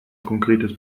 konkretes